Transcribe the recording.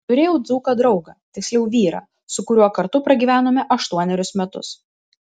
turėjau dzūką draugą tiksliau vyrą su kuriuo kartu pragyvenome aštuonerius metus